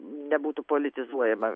nebūtų politizuojama